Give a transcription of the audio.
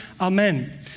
Amen